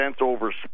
over